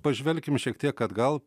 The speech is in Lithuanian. pažvelkim šiek tiek atgal